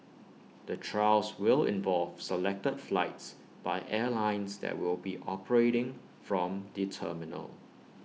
the trials will involve selected flights by airlines that will be operating from the terminal